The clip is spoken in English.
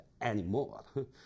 anymore